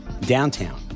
Downtown